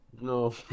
no